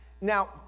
now